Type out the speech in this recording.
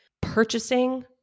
purchasing